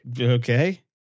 Okay